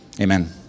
amen